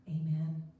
Amen